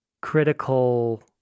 critical